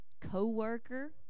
co-worker